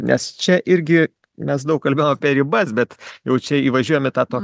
nes čia irgi mes daug kalbėjom apie ribas bet jau čia įvažiuojam į tą to